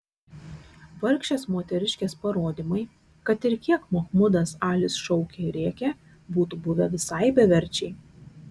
vargšės moteriškės parodymai kad ir kiek mahmudas alis šaukė ir rėkė būtų buvę visai beverčiai